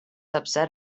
upset